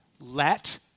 let